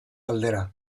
aldera